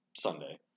Sunday